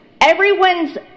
everyone's